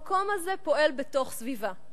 המקום הזה פועל בתוך סביבה.